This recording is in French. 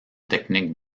technique